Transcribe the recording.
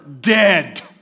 dead